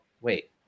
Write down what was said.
wait